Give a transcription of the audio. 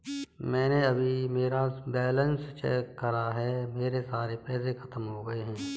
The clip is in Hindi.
मैंने अभी मेरा बैलन्स चेक करा है, मेरे सारे पैसे खत्म हो गए हैं